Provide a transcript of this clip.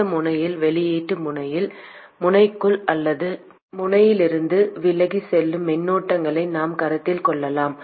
இந்த முனையில் வெளியீட்டு முனையில் முனைக்குள் அல்லது முனையிலிருந்து விலகிச் செல்லும் மின்னோட்டங்களை நாம் கருத்தில் கொள்ளலாம்